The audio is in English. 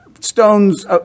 Stones